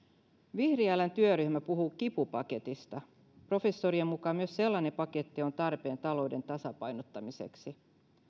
vihriälän työryhmä puhuu kipupaketista professorien mukaan myös sellainen paketti on tarpeen talouden tasapainottamiseksi